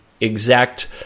exact